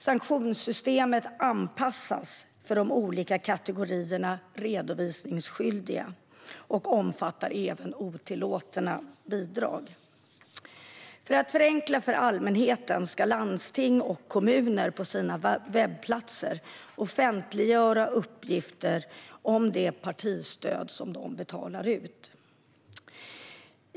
Sanktionssystemet anpassas för de olika kategorierna redovisningsskyldiga och omfattar även otillåtna bidrag. För att förenkla för allmänheten ska landsting och kommuner på sina webbplatser offentliggöra uppgifter om de partistöd som de betalar ut.